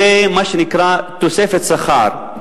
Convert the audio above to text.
זה מה שנקרא תוספת שכר.